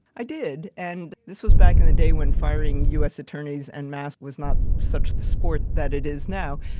i did and this was back in the day when firing us attorneys and mask was not such the sport that it is now,